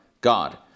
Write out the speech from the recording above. God